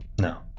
No